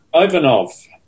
Ivanov